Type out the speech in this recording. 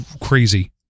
crazy